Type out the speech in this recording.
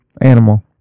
animal